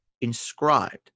inscribed